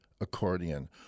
accordion